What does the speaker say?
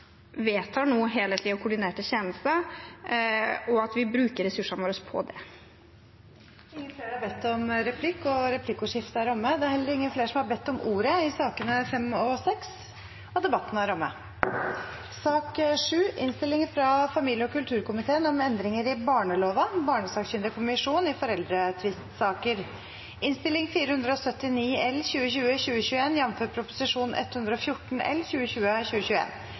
vedtar helhetlige og koordinerte tjenester, og at vi bruker ressursene våre på det. Replikkordskiftet er omme. Flere har ikke bedt om ordet til sakene nr. 5 og 6. Etter ønske fra familie- og kulturkomiteen